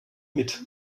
mit